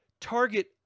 target